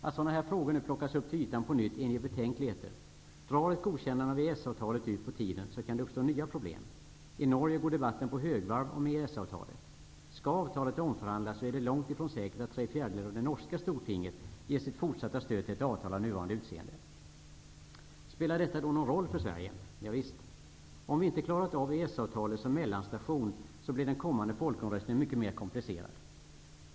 Att sådana här frågor nu på nytt plockas upp till ytan inger betänkligheter. Drar ett godkännande av EES-avtalet ut på tiden kan nya problem uppstå. I Norge går debatten om EES-avtalet på högvarv. Skall avtalet omförhandlas är det långt ifrån säkert att tre fjärdedelar av norska stortinget ger sitt fortsatta stöd till ett avtal med nuvarande utseende. Spelar detta då någon roll för Sverige? Ja visst. Om vi inte klarat av EES-avtalet som mellanstation blir den kommande folkomröstningen mycket mera komplicerad.